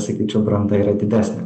sakyčiau branda yra didesnė